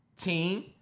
team